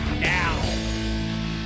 now